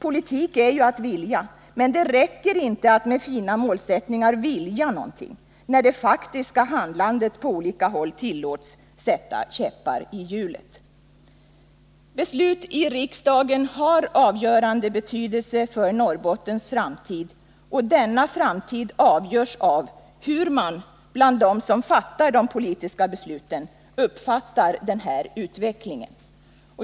Politik är ju att vilja, men det räcker inte att med fina målsättningar vilja något, när det faktiska handlandet på olika håll tillåts sätta käppar i hjulet. Beslut i riksdagen har avgörande betydelse för Norrbottens framtid, och denna framtid avgörs av hur man bland dem som fattar de politiska besluten uppfattar denna utveckling.